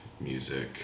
music